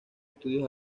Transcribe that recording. estudios